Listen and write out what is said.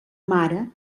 mare